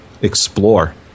explore